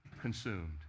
consumed